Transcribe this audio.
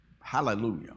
Hallelujah